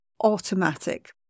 automatic